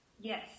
Yes